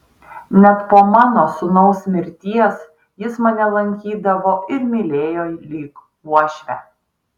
net po mano sūnaus mirties jis mane lankydavo ir mylėjo lyg uošvę